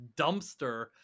dumpster